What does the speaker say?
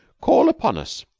call upon us.